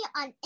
on